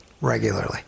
regularly